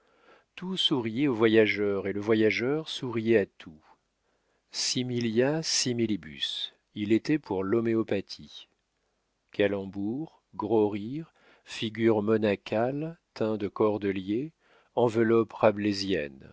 tout souriait au voyageur et le voyageur souriait à tout similia similibus il était pour l'homœopathie calembours gros rire figure monacale teint de cordelier enveloppe